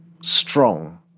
strong